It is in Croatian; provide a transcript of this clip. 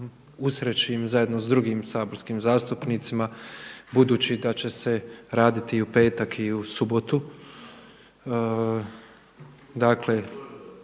usrećim zajedno sa drugim saborskim zastupnicima, budući da će se raditi i u petak i subotu.